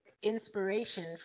inspiration